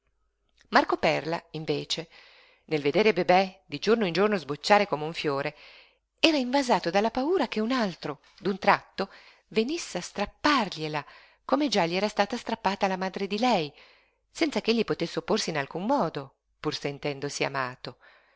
marco perla invece nel vedere bebè di giorno in giorno sbocciare come un fiore era invasato dalla paura che un altro d'un tratto venisse a strappargliela come già gli era stata strappata la madre di lei senza ch'egli potesse opporsi in alcun modo pur sentendosi amato